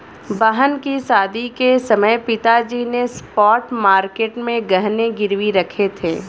बहन की शादी के समय पिताजी ने स्पॉट मार्केट में गहने गिरवी रखे थे